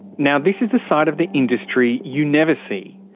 now this is the side of the industry you never see.